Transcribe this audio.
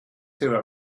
through